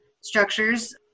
structures